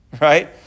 right